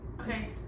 Okay